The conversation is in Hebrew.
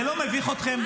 זה לא מביך אתכם?